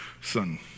son